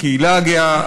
הקהילה הגאה,